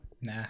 Nah